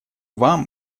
вам